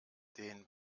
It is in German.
den